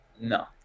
no